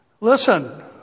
Listen